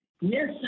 Yes